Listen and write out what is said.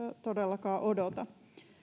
todellakaan odota